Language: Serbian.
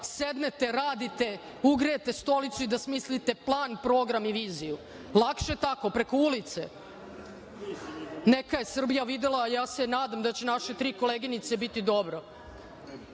sednete, radite, ugrejete stolicu i da smislite plan, program i viziju. Lakše je tako, preko ulice. Neka je Srbija videla. Ja se nadam da će naše tri koleginice biti dobro